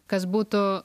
kas butų